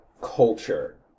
culture